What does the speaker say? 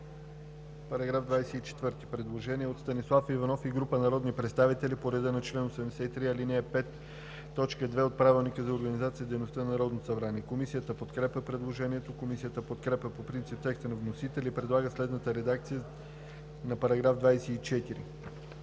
По § 37 има предложение от Станислав Иванов и група народни представители по реда на чл. 83, ал. 5, т. 2 от Правилника. Комисията подкрепя предложението. Комисията подкрепя по принцип текста на вносителя и предлага следната редакция на § 37: „§ 37.